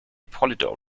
polydor